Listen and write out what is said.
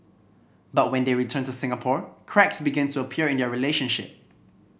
but when they returned to Singapore cracks began to appear in their relationship